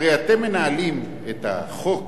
הרי אתם מנהלים את החוק